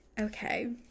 okay